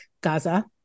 Gaza